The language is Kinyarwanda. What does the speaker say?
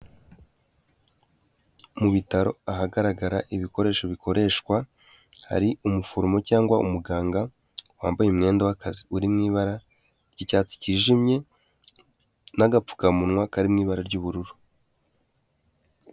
Mu bitaro ahagaragara ibikoresho bikoreshwa, hari umuforomo cyangwa umuganga wambaye umwenda w'akazi uri mu ibara ry'icyatsi kijimye n'agapfukamunwa kari mu ibara ry'ubururu.